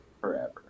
forever